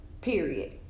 period